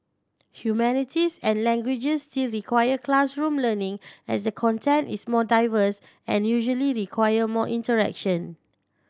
humanities and languages still require classroom learning as the content is more diverse and usually require more interaction